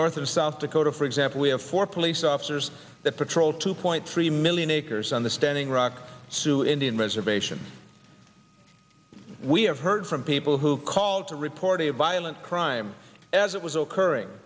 north and south dakota for example we have four police officers that patrol two point three million acres on the standing rock sioux indian reservation we have heard from people who call to report a violent crime as it was occurring